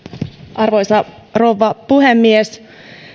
arvoisa puhemies